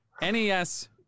nes